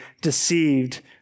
deceived